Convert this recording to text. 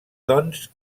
doncs